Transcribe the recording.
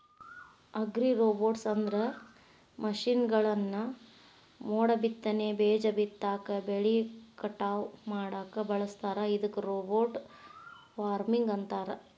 ಅಗ್ರಿರೋಬೊಟ್ಸ್ಅಂದ್ರ ಮಷೇನ್ಗಳನ್ನ ಮೋಡಬಿತ್ತನೆ, ಬೇಜ ಬಿತ್ತಾಕ, ಬೆಳಿ ಕಟಾವ್ ಮಾಡಾಕ ಬಳಸ್ತಾರ ಇದಕ್ಕ ರೋಬೋಟ್ ಫಾರ್ಮಿಂಗ್ ಅಂತಾರ